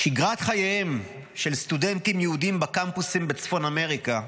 שגרת חייהם של סטודנטים יהודים בקמפוסים בצפון אמריקה,